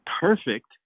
perfect